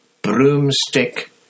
broomstick